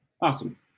Awesome